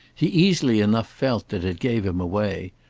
he easily enough felt that it gave him away,